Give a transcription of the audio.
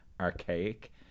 archaic